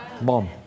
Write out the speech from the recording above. Mom